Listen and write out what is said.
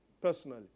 personally